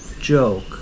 joke